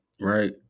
right